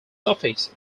suffix